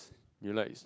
you like